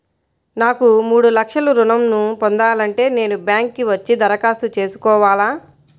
నాకు మూడు లక్షలు ఋణం ను పొందాలంటే నేను బ్యాంక్కి వచ్చి దరఖాస్తు చేసుకోవాలా?